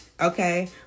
okay